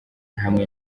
hamwe